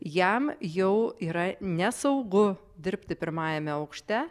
jam jau yra nesaugu dirbti pirmajame aukšte